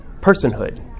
personhood